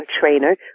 trainer